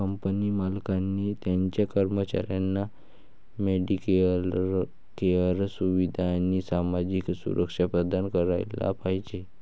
company मालकाने त्याच्या कर्मचाऱ्यांना मेडिकेअर सुविधा आणि सामाजिक सुरक्षा प्रदान करायला पाहिजे